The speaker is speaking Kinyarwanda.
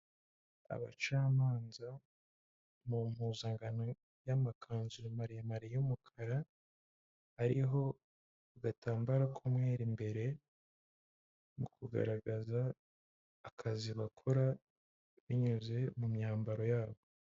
Abacamanza mu mpuzangano y'amakanzu maremare y'umukara, ariho agatambaro k'umweru imbere, mu kugaragaza akazi bakora, binyuze mu myambaro yabo.